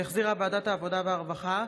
שהחזירה ועדת העבודה והרווחה,